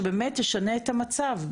שבאמת תשנה את המצב.